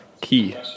key